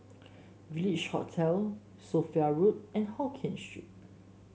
Village Hotel Sophia Road and Hokkien Street